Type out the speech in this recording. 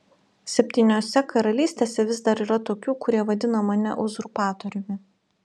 septyniose karalystėse vis dar yra tokių kurie vadina mane uzurpatoriumi